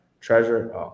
treasure